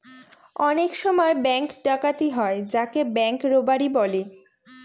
অনেক সময় ব্যাঙ্ক ডাকাতি হয় যাকে ব্যাঙ্ক রোবাড়ি বলে